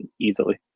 easily